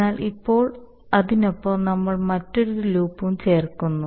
എന്നാൽ ഇപ്പോൾ അതിനൊപ്പം നമ്മൾ മറ്റൊരു ലൂപ്പും ചേർക്കുന്നു